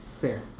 Fair